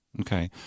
Okay